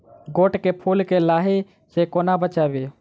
गोट केँ फुल केँ लाही सऽ कोना बचाबी?